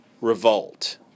revolt